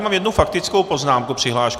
Mám tady jednu faktickou poznámku, přihlášku.